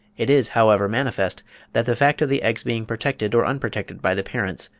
it is, however, manifest that the fact of the eggs being protected or unprotected by the parents,